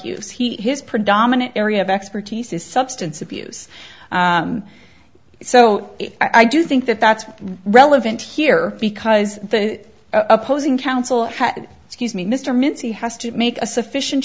use he his predominant area of expertise is substance abuse so i do think that that's relevant here because the opposing counsel excuse me mr mintz he has to make a sufficient